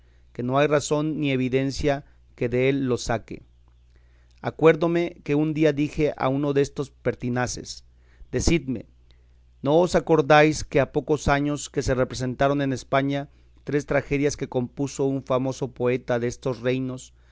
que no hay razón ni evidencia que dél los saque acuérdome que un día dije a uno destos pertinaces decidme no os acordáis que ha pocos años que se representaron en españa tres tragedias que compuso un famoso poeta destos reinos